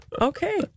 Okay